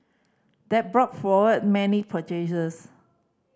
that brought forward many purchases